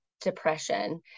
depression